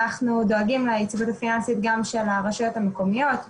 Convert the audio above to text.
אנחנו דואגים ליציבות הפיננסית גם של הרשויות המקומיות.